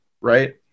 right